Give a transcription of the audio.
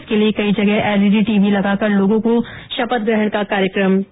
इसके लिये कई जगह एलईडी टीवी लगाकर लोगों को शपथ ग्रहण का कार्यक्रम दिखाया गया